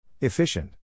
Efficient